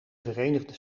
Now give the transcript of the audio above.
verenigde